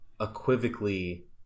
equivocally